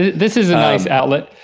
this is a nice outlet.